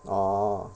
oh